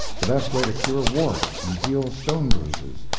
the best way to cure warts and heal stone-bruises,